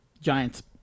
Giants